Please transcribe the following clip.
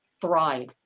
thrive